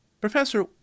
Professor